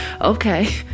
Okay